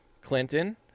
Clinton